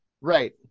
Right